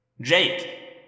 Jake